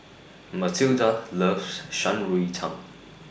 Matilda loves Shan Rui Tang